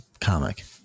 comic